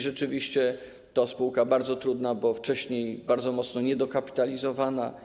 Rzeczywiście jest to spółka bardzo trudna, bo wcześniej bardzo mocno niedokapitalizowana.